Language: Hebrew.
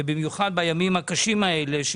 ובמיוחד בימים הקשים האלה.